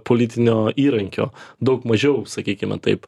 politinio įrankio daug mažiau sakykime taip